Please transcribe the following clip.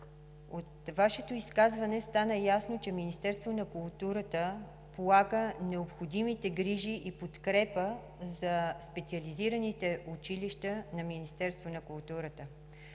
От Вашето изказване стана ясно, че Министерството на културата полага необходимите грижи и подкрепа за специализираните училища на Министерството на културата.